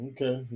Okay